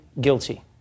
guilty